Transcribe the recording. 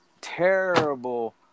terrible